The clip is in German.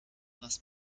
was